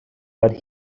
but